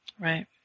Right